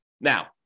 Now